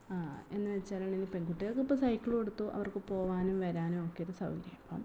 എന്നു വെച്ചാൽ പെൺകുട്ടിൾക്ക് ഇപ്പം സൈക്കിൾ കൊടുത്തു അവർക്ക് പോകാനും വരാനും ഒക്കെ ഒരു സൗകര്യം